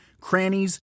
crannies